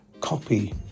copy